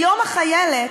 ביום החיילת,